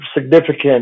significant